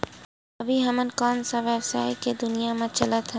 अभी हम ह कोन सा व्यवसाय के दुनिया म चलत हन?